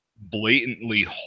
blatantly